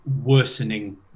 worsening